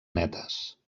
netes